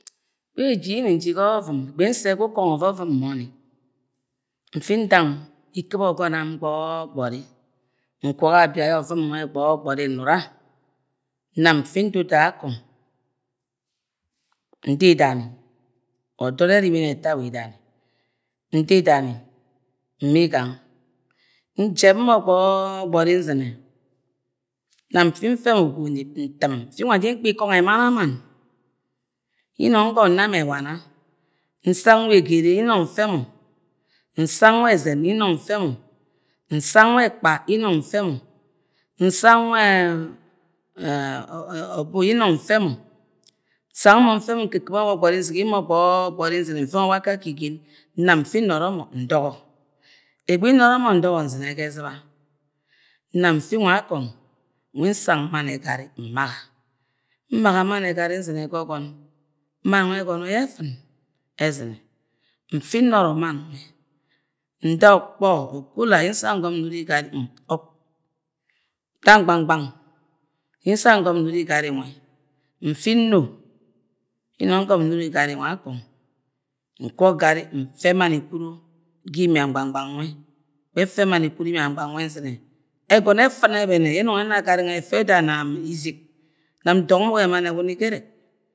beji yẹ niɨji ga ọkọvum ẹgbẹ nse ga ukọngo ọkọvum m-mọni mfi ndang ekɨb ogon am gbọgbori nkwọk abia ye ọvum nwẹ gbọgbọri nura nam mfi nduda akung nda idani ọdọd ye erimj ni ẹta wa idani, nda idani m-migang njẹb mọ gbọgbori nzine nam m-fj mfe mọ ga imip amann yẹ nung gom na mọ ewana nsang wẹ egere nung mfẹ mọ nsanv we ẹzen yẹ nunh mfi mọ nsang wẹ ekpa yẹ nung mfe mọ nsang we e-e-e o-o-e obu yẹ nung mfe mi nsang mọ mfe nkɨkɨme gbọgbọri nzigi mo gbọgbọri nzine mfẹ mọ akake igen nam mfu novo mo ndogo egbe noro ndogo nzine ga ẹziba nam mfi nwa akung nwa nwj nsang ma-ne gari mbaga mba-ga mann nẹ gari nzine ga ọgọn, mann nwẹ egọrọ yẹ efɨn ẹzine mfi noro mann nwẹ nda okpọ cooler ye nsang ngom nyuri gari ok-ga nyun gam nwẹ mfu ni ye nung ngom nyuri gari nwẹ akung, nkwọk gari mfẹ man ekuro ga imie gbang gbanv nwẹ egbẹ mann ekuro ga imie gbang gbang nwe nzine egọnọ efɨn ẹbẹnẹ yẹ enung ena gari nwẹ ẹfẹ eda nang namizig nam ndọng mọ wẹ mann awuni gerek da sam